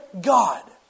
God